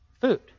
food